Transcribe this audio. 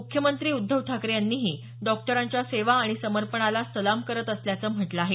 मुख्यमंत्री उद्धव ठाकरे यांनीही डॉक्टरांच्या सेवा आणि समर्पणाला सलाम करत असल्याचं म्हटलं आहे